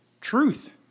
truth